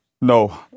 No